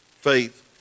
faith